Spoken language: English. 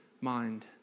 mind